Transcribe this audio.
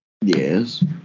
Yes